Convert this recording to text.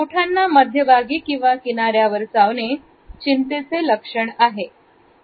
ओठांना मध्यभागी किंवा किनाऱ्यावर चावणे चिंतेचे लक्षण आहे